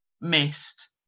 missed